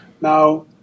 Now